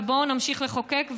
ובואו נמשיך לחוקק,